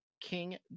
King